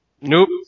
Nope